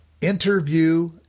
Interview